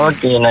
Okay